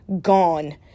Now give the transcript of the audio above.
Gone